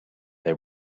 they